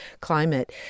climate